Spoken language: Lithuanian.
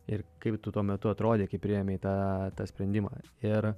ir kaip tu tuo metu atrodei kaip priėmei tą sprendimą ir